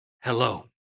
Hello